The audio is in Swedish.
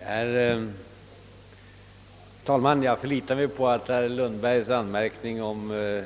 Herr talman! Jag förlitar mig på att herr Lundbergs anmärkning om